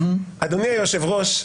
אדוני היושב-ראש,